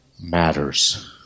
matters